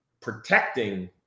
protecting